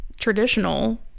traditional